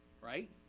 right